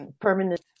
permanent